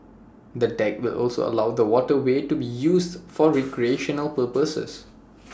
the deck will also allow the waterway to be used for recreational purposes